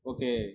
Okay